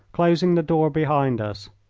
closing the door behind us.